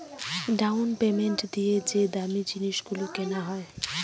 down payment দিয়ে যে দামী জিনিস গুলো কেনা হয়